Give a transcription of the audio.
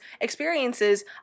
experiences